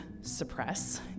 suppress